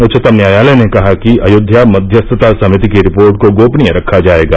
उच्चतम न्यायालय ने कहा कि अयोध्या मध्यस्थता समिति की रिपोर्ट को गोपनीय रखा जायेगा